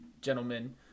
gentlemen